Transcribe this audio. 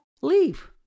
leave